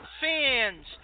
fans